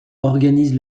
organise